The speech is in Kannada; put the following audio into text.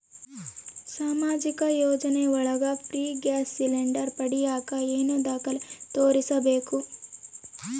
ಸಾಮಾಜಿಕ ಯೋಜನೆ ಒಳಗ ಫ್ರೇ ಗ್ಯಾಸ್ ಸಿಲಿಂಡರ್ ಪಡಿಯಾಕ ಏನು ದಾಖಲೆ ತೋರಿಸ್ಬೇಕು?